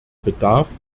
bedarf